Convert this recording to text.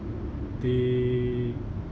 the